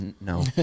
No